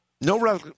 No